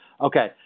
Okay